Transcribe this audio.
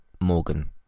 Morgan